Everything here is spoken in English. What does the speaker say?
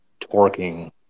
torquing